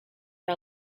are